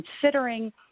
considering